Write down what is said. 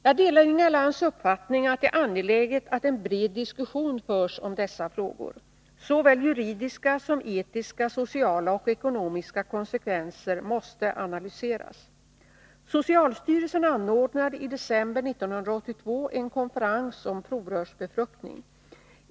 Jag delar Inga Lantz uppfattning att det är angeläget att en bred diskussion förs om dessa frågor. Såväl juridiska som etiska, sociala och ekonomiska konsekvenser måste analyseras. Socialstyrelsen anordnade i december 1982 en konferens om provrörsbefruktning.